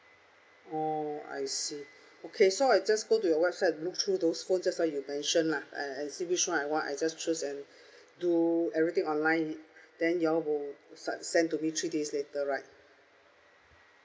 oh I see okay so I just go to your website and look through those phone just now you mention lah I I see which one I want I just choose and do everything online then you all will s~ send to be three days later right